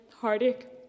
heartache